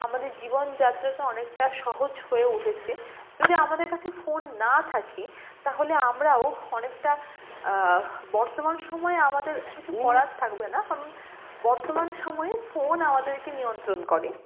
আমাদের জীবনযাত্রা তো অনেকটা সহজ হয়ে উঠেছে যদি আমাদের কাছে ফোন না থাকে তাহলে আমরাও অনেকটা বর্তমান সময়ে আমাদের কিছু করার থাকবে না কারণ বর্তমান সময়ে ফোন অমাদেরকে নিয়ন্ত্রণ করে